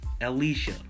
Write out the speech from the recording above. Alicia